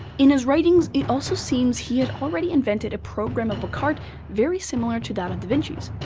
in his writings, it also seems he had already invented a programmable cart very similar to that of da vinci's.